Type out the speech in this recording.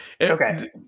Okay